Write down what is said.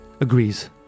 agrees